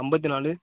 ஐம்பத்தி நாலு